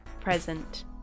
present